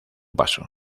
paso